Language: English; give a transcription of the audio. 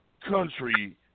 country